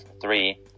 three